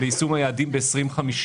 ליישום היעדים ב-2050,